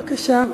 בבקשה,